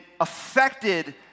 affected